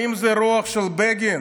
האם זו הרוח של בגין?